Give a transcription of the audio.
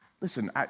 Listen